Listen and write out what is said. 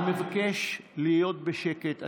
אני מבקש להיות בשקט.